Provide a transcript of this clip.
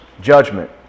judgment